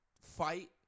fight